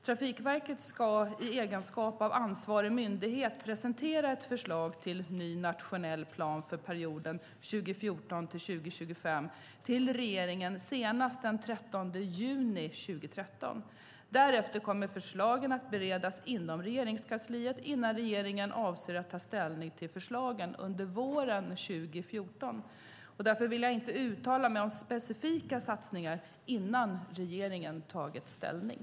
Trafikverket ska, i egenskap av ansvarig myndighet, presentera ett förslag till ny nationell plan för perioden 2014-2025 till regeringen senast den 13 juni 2013. Därefter kommer förslagen att beredas inom Regeringskansliet innan regeringen avser att ta ställning till förslagen under våren 2014. Därför vill jag inte uttala mig om specifika satsningar innan regeringen tagit ställning.